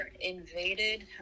invaded